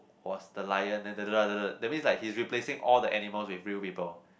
was the Lion and da da da that's means like he's replacing all the animals with real people